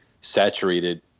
saturated